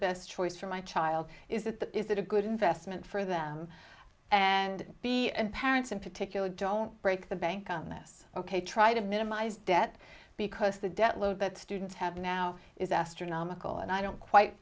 best choice for my child is that is that a good investment for them and b and parents in particular don't break the bank and that's ok try to minimize debt because the debt load that students have now is astronomical and i don't quite